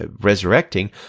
resurrecting